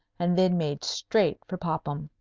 and then made straight for popham.